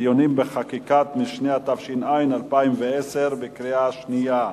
(דיונים בחקיקת משנה), התש"ע 2010, בקריאה שנייה.